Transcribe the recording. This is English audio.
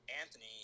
Anthony